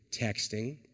texting